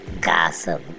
gossip